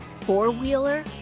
four-wheeler